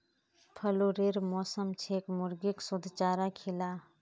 फ्लूरेर मौसम छेक मुर्गीक शुद्ध चारा खिला